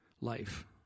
life